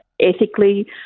ethically